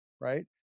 right